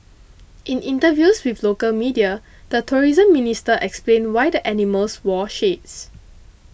in interviews with local media the tourism minister explained why the animals wore shades